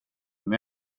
men